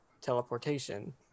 teleportation